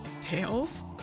tails